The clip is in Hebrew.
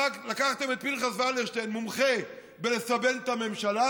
לקחתם את פנחס ולרשטיין, מומחה בלסבן את הממשלה,